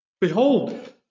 Behold